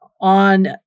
on